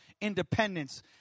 independence